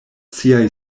siaj